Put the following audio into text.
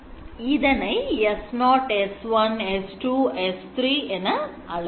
இதனை S0 S1 S2 S3 என அழைக்கலாம்